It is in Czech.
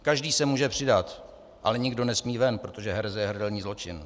Každý se může přidat, ale nikdo nesmí ven, protože hereze je hrdelní zločin.